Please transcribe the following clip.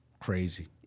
Crazy